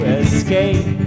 escape